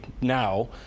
now